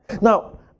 Now